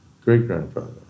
great-grandfather